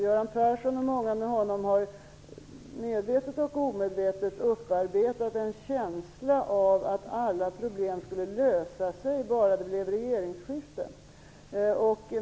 Göran Persson och många med honom har både medvetet och omedvetet upparbetat en känsla av att alla problem skulle lösas om det bara blev regeringsskifte.